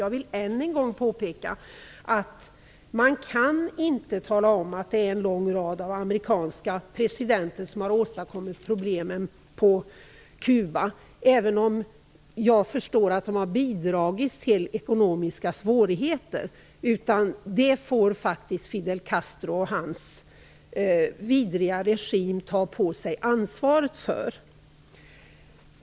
Jag vill än en gång påpeka att man inte kan tala om att det är en lång rad av amerikanska presidenter som har åstadkommit problemen på Kuba, även om jag förstår att de har bidragit till ekonomiska svårigheter. Det får faktiskt Fidel Castro och hans vidriga regim ta på sig ansvaret för.